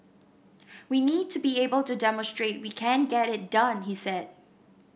we need to be able to demonstrate we can get it done he said